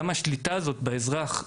כמה השליטה הזאת באזרח מסוכנת.